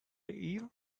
year